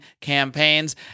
campaigns